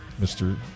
Mr